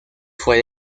fue